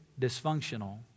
dysfunctional